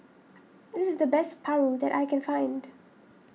this is the best Paru that I can find